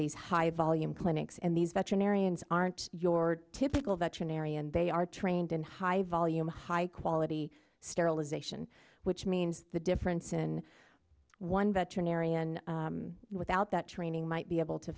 these high volume clinics and these veterinarians aren't your typical veterinarian they are trained in high volume high quality sterilization which means the difference in one veterinarian without that training might be able to